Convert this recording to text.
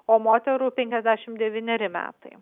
o moterų penkiasdešimt devyneri metai